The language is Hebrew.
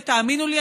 ותאמינו לי,